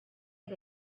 had